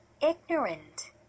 ignorant